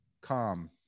Calm